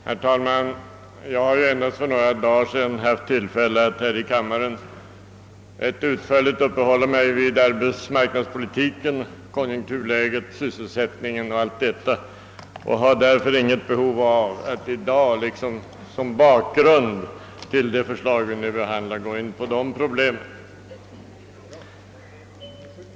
Herr talman! Jag hade för endast några dagar sedan tillfälle att här i kammaren rätt utförligt uppehålla mig vid arbetsmarknadspolitiken, konjunkturläget, sysselsättningen m.m., och jag har därför inget behov av att i dag lik som för att åstadkomma en bakgrund till de förslag vi nu behandlar gå in på dessa problem.